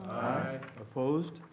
opposed?